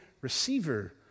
receiver